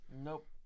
Nope